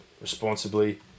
responsibly